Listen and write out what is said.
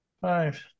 Five